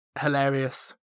hilarious